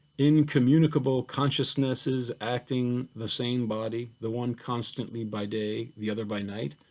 incommunicable consciousnesses acting the same body, the one constantly by day, the other by night?